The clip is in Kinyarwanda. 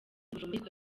bujumbura